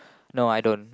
no I don't